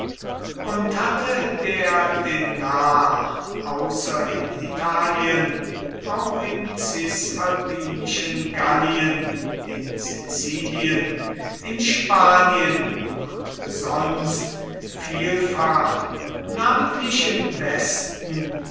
und hatte der denar außer in italien auch im cisalpinischen gallien in sizilien in spanien und sonst vielfach namentlich im westen